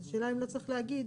אז השאלה אם לא צריך להגיד